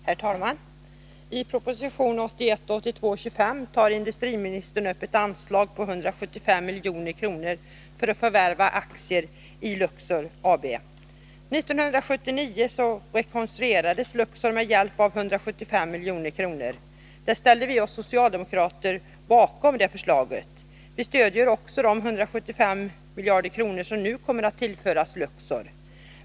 Herr talman! I proposition 1981/82:25 tar industriministern upp ett anslag på 175 milj.kr. för förvärv av aktier i Luxor AB. 1979 rekonstruerades Luxor med hjälp av 175 milj.kr. Det förslaget ställde vi socialdemokrater oss bakom. Vistödjer också förslaget om de 175 milj.kr. som nu kommer att tillföras Luxor.